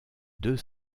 deux